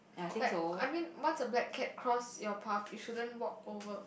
like I mean once a black cat cross your path you shouldn't walk over